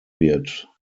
wird